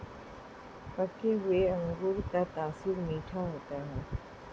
पके हुए अंगूर का तासीर मीठा होता है